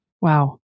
Wow